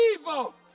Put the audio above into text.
evil